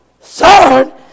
third